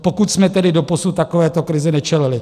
Pokud jsme tedy doposud takovéto krizi nečelili.